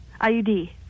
IUD